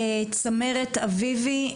צמרת אביבי,